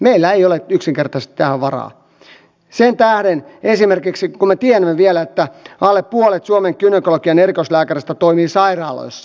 meillä ei ole yksinkertaisesti tähän varaa esimerkiksi sen tähden kun me tiedämme vielä että alle puolet suomen gynekologian erikoislääkäreistä toimii sairaaloissa